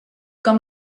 com